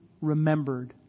remembered